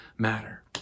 matter